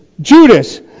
Judas